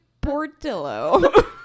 Portillo